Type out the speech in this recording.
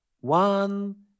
One